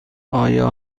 آیا